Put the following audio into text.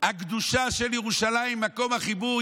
הקדושה של ירושלים, מקום החיבור.